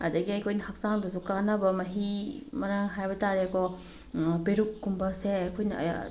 ꯑꯗꯒꯤ ꯑꯩꯈꯣꯏꯅ ꯍꯛꯆꯥꯡꯗꯁꯨ ꯀꯥꯟꯅꯕ ꯃꯍꯤ ꯃꯔꯥꯡ ꯍꯥꯏꯕ ꯇꯥꯔꯦꯀꯣ ꯄꯦꯔꯨꯛꯀꯨꯝꯕꯁꯦ ꯑꯩꯈꯣꯏꯅ